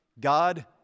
God